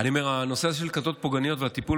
אני אומר שהנושא של כתות פוגעניות והטיפול